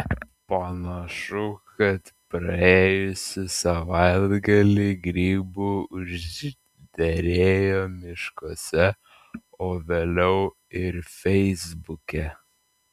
panašu kad praėjusį savaitgalį grybų užderėjo miškuose o vėliau ir feisbuke